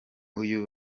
uyu